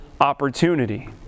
opportunity